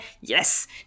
yes